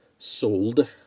Sold